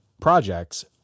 projects